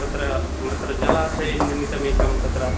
तत्र अत्र जलाशयनिमित्तमेकं तत्र